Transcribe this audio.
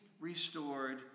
restored